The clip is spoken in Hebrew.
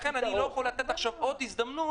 -- לכן אני לא יכול לתת עכשיו עוד הזדמנות,